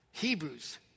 Hebrews